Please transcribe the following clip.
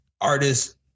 artists